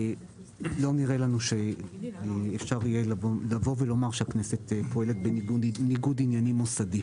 לא נראה לנו שאפשר יהיה לבוא ולומר שהכנסת פועלת בניגוד עניינים מוסדי.